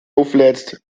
auflädst